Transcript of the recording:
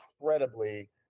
incredibly